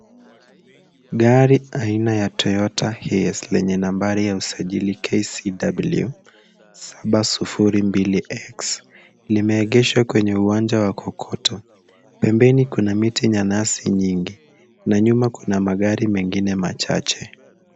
Gari aina ya Toyota Hiace lenye nambari ya usajili KCW saba sufuri mbili X.Limeegeshwa kwenye uwanja wa kokoto. Pembeni kuna miti na nyasi nyingi na nyuma kuna magari mengine machache.